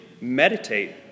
meditate